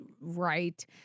right